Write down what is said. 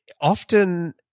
Often